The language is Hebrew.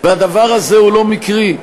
הדבר הזה הוא לא מקרי,